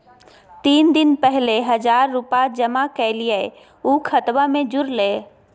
तीन दिन पहले हजार रूपा जमा कैलिये, ऊ खतबा में जुरले?